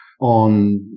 on